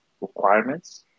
requirements